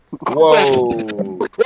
Whoa